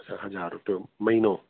अच्छा हज़ारु रुपियो मञो